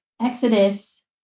Exodus